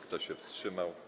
Kto się wstrzymał?